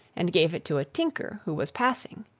and gave it to a tinker who was passing.